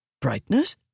Brightness